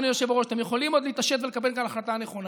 אדוני היושב-ראש: אתם יכולים עוד להתעשת ולקבל את ההחלטה הנכונה,